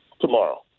tomorrow